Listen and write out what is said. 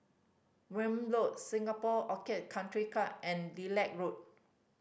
Welm Road Singapore Orchid Country Club and Lilac Road